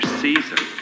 season